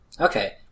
Okay